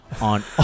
on